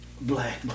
black